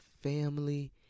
family